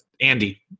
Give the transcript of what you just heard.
Andy